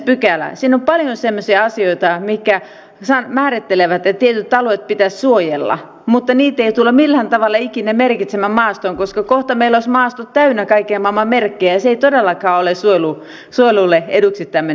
siinä on paljon semmoisia asioita mitkä määrittelevät että tietyt alueet pitäisi suojella mutta niitä ei tulla millään tavalla ikinä merkitsemään maastoon koska kohta meillä olisi maastot täynnä kaiken maailman merkkejä ja tämmöinen asia ei todellakaan ole suojelulle eduksi